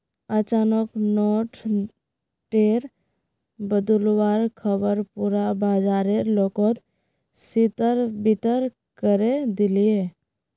अचानक नोट टेर बदलुवार ख़बर पुरा बाजारेर लोकोत तितर बितर करे दिलए